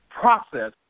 process